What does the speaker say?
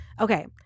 okay